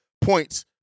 points